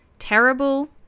terrible